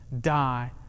die